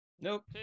nope